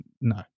no